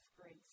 grace